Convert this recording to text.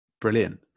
Brilliant